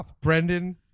Brendan